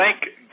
thank